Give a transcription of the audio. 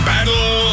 Battle